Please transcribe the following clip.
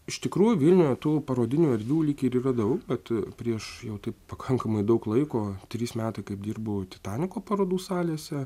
iš tikrųjų vilniuje tų parodinių erdvių lyg ir yra daug bet prieš jau taip pakankamai daug laiko trys metai kaip dirbu titaniko parodų salėse